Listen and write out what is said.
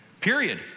period